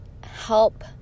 help